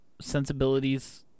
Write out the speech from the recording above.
sensibilities